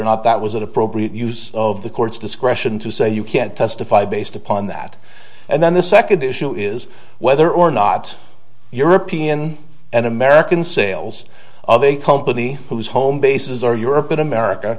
or not that was an appropriate use of the court's discretion to say you can't testify based upon that and then the second issue is whether or not european and american sales of a company whose home bases are europe and america